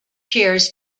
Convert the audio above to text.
cheers